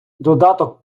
додаток